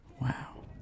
Wow